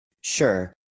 Sure